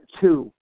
two